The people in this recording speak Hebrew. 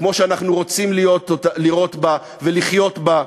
כמו שאנחנו רוצים לראות אותה ולחיות בה,